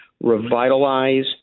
revitalize